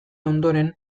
ondoren